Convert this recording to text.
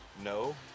no